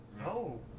No